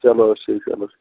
چَلو حظ ٹھیٖک چھُ اَدٕ حظ